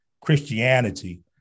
Christianity